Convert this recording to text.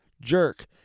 jerk